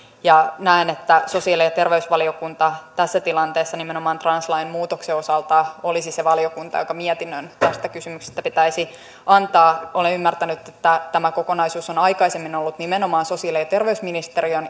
ja näen että sosiaali ja terveysvaliokunta tässä tilanteessa nimenomaan translain muutoksen osalta olisi se valiokunta jonka pitäisi mietintö tästä kysymyksestä antaa olen ymmärtänyt että tämä kokonaisuus on aikaisemmin ollut nimenomaan sosiaali ja terveysministeriön